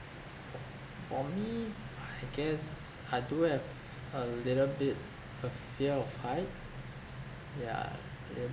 for for me I guess I do have a little bit of fear of height yeah little